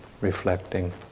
reflecting